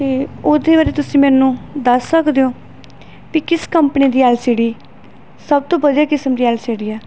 ਅਤੇ ਉਹਦੇ ਬਾਰੇ ਤੁਸੀਂ ਮੈਨੂੰ ਦੱਸ ਸਕਦੇ ਹੋ ਵੀ ਕਿਸ ਕੰਪਨੀ ਦੀ ਐਲ ਸੀ ਡੀ ਸਭ ਤੋਂ ਵਧੀਆ ਕਿਸਮ ਐਲ ਸੀ ਡੀ ਹੈ